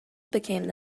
became